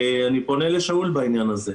אני פונה לשאול בעניין הזה.